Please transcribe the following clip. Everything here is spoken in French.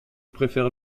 préfères